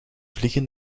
vliegen